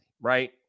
right